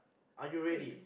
are you ready